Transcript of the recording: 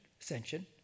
ascension